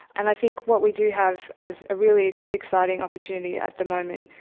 and i think what we do have as a really exciting opportunity at the moment,